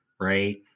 right